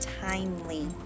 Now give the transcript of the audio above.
timely